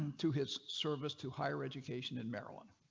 to his service to higher education in maryland.